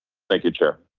thank you, chair.